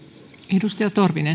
arvoisa